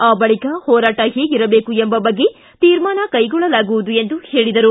ಆ ಬಳಿಕ ಹೋರಾಟ ಹೇಗಿರಬೇಕು ಎಂಬ ಬಗ್ಗೆ ತೀರ್ಮಾನ ಕೈಗೊಳ್ಳಲಾಗುವುದು ಎಂದು ಹೇಳಿದರು